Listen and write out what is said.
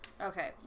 Okay